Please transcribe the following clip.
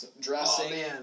dressing